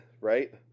right